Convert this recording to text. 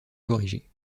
corriger